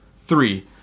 Three